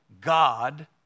God